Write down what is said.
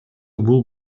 бул